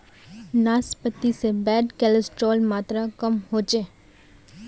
नाश्पाती से bad cholesterol मात्र कम होचे